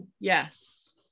Yes